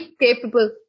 capable